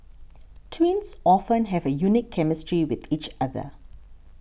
twins often have a unique chemistry with each other